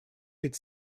could